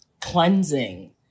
cleansing